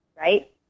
Right